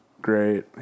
great